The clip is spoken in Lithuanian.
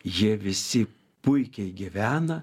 jie visi puikiai gyvena